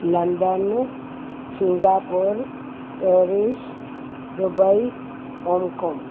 London Singapore Paris Dubai Hong Kong